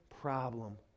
problem